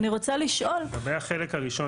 לגבי החלק הראשון,